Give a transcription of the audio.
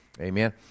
amen